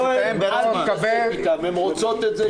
תתאם --- הן רוצות את זה,